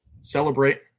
Celebrate